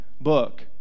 book